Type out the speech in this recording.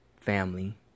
family